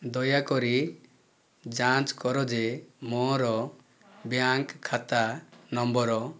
ଦୟାକରି ଯାଞ୍ଚ କର ଯେ ମୋର ବ୍ୟାଙ୍କ୍ ଖାତା ନମ୍ବର